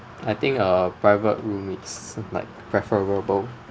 I think a private room is like preferable